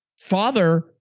father